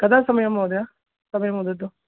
कदा समयं महोदय समयं वदतु